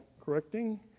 correcting